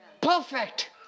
Perfect